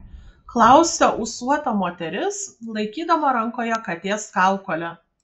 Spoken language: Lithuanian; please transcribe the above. klausia ūsuota moteris laikydama rankoje katės kaukolę